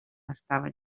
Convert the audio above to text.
estava